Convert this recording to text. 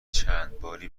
چندباری